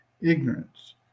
Ignorance